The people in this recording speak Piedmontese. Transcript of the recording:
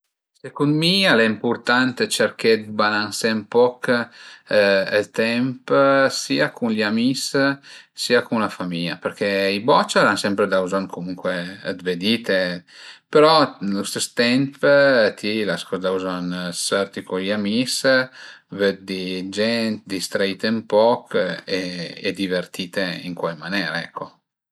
Secund mi al e ëmpurtant cerché dë balansé ën poch ël temp sia cun gli amis sia cun la famìa perché i bocia al an sempre da bëzogn comuncue d'vedite, però a l'istes temp ti l'as co da bëzogn d'sörti cun i amis, vëddi gent, distraite ün poch e divertite ën cuai manere ecco